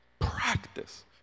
practice